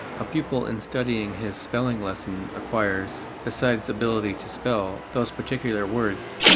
a pupil in studying his spelling lesson acquires, besides ability to spell those particular words,